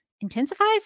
intensifies